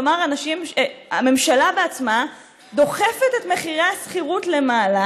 כלומר הממשלה בעצמה דוחפת את מחירי הדירות למעלה,